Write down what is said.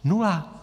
Nula.